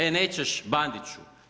E, nećeš Bandiću!